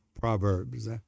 Proverbs